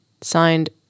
Signed